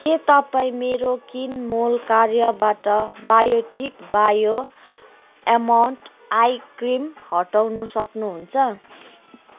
के तपाईँ मेरो किनमेल कार्यबाट biotic bio almond ice cream हटाउन सक्नुहुन्छ